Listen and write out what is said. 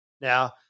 Now